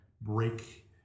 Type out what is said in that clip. break